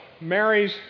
marries